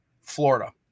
Florida